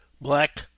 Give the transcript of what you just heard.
black